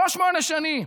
לא שמונה שנים.